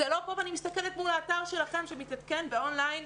זה לא פה ואני מסתכלת מול האתר שלכם שמתעדכן באון-ליין.